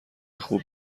خوب